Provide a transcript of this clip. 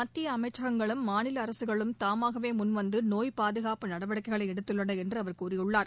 மத்திய அமைச்சகங்களும் மாநில அரசுகளும் தாமாகவே முன்வந்து நோய் பாதுகாப்பு நடவடிக்கைகளை எடுத்துள்ளன என்று அவர் கூறியுள்ளார்